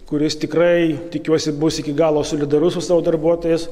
kuris tikrai tikiuosi bus iki galo solidarus su savo darbuotojais